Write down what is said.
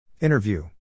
Interview